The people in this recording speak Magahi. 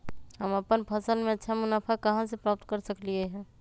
हम अपन फसल से अच्छा मुनाफा कहाँ से प्राप्त कर सकलियै ह?